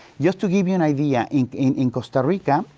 just to give you an idea, in, in, in costa rica,